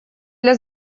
для